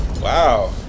Wow